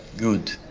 good.